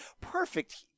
Perfect